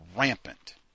rampant